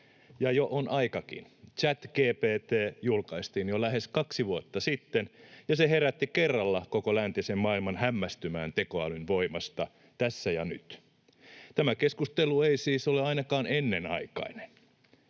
Ja jo on aikakin. ChatGPT julkaistiin jo lähes kaksi vuotta sitten, ja se herätti kerralla koko läntisen maailman hämmästymään tekoälyn voimasta tässä ja nyt. Tämä keskustelu ei siis ole ainakaan ennenaikainen.